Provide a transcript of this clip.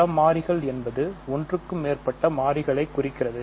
பல மாறிகள் என்பது 1 க்கும் மேற்பட்ட மாறிகளைக் குறிக்கின்றன